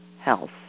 health